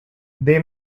they